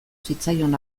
zitzaion